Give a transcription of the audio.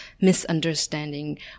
misunderstanding